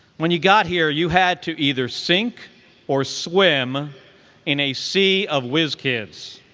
when you got here, you had to either sink or swim in a sea of whiz kids.